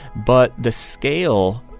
but the scale